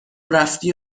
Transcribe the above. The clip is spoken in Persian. رفتی